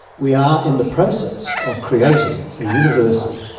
we are in the process of creating a universal,